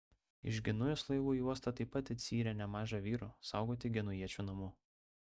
iš genujos laivų į uostą taip pat atsiyrė nemaža vyrų saugoti genujiečių namų